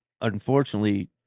unfortunately